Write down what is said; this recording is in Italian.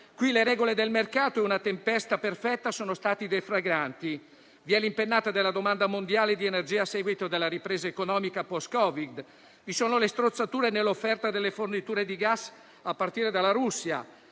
Qui le regole del mercato e una tempesta perfetta sono stati deflagranti. Vi è l'impennata della domanda mondiale di energia a seguito della ripresa economica *post* Covid; vi sono le strozzature nell'offerta delle forniture di gas a partire dalla Russia;